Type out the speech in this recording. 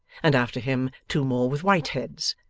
and after him two more with white heads,